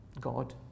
God